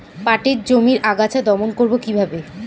পাটের জমির আগাছা দমন করবো কিভাবে?